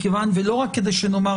ולא רק כדי שנאמר,